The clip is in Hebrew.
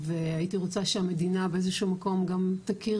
והייתי רוצה שהמדינה באיזה שהוא מקום גם תכיר